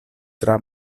tra